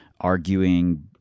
arguing